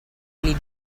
gli